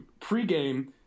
pregame